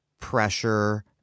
pressure